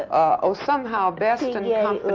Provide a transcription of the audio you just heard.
oh, somehow best and yeah